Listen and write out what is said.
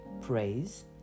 praise